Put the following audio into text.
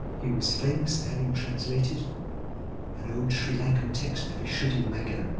he was famous for having translated an old sri lankan text, the visuddhimagga,